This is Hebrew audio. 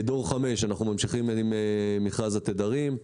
דור 5 אנחנו ממשיכים עם מכרז התדרים.